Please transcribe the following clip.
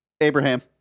Abraham